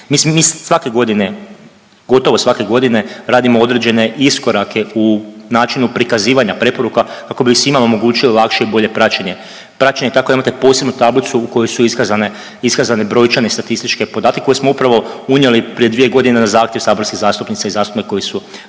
Mi svake godine, gotovo svake godine radimo određene iskorake u načinu prikazivanja preporuka kako bi svima omogućili lakše i bolje praćenje, praćenje tako da imate posebnu tablicu u kojoj su iskazane brojčane statističke podatke koje smo upravo unijeli prije dvije godine na zahtjev saborskih zastupnica i zastupnika koji su